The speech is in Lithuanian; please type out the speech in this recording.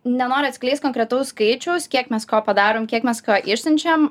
nenoriu atskleist konkretaus skaičiaus kiek mes ko padarom kiek mes ko išsiunčiam